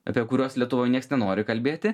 apie kuriuos lietuvoj nieks nenori kalbėti